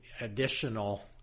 additional